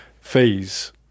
fees